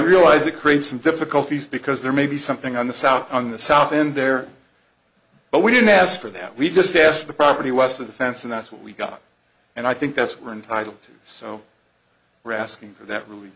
realize it creates some difficulties because there may be something on the south on the south end there but we didn't ask for that we just asked the property west of the fence and that's what we've got and i think that's we're entitled to so we're asking for that really